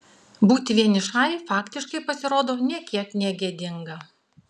būti vienišai faktiškai pasirodo nė kiek negėdinga